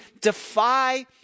defy